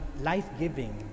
life-giving